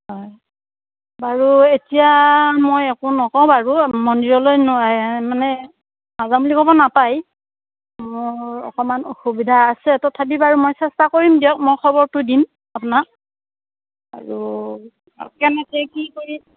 হয় বাৰু এতিয়া মই একো নকওঁ বাৰু মন্দিৰলৈ মানে নাযাওঁ বুলি ক'ব নাপায় মোৰ অকণমান অসুবিধা আছে তথাপি বাৰু মই চেষ্টা কৰিম দিয়ক মই খবৰটো দিম আপোনাক আৰু কেনেকৈ কি কৰিম